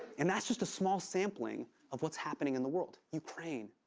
and that's just a small sampling of what's happening in the world. ukraine,